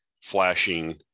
flashing